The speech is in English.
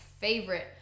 favorite